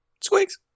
Squeaks